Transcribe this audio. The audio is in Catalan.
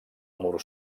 mur